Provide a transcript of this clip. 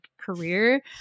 career